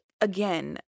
again